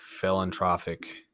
philanthropic